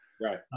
Right